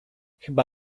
chyba